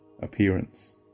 appearance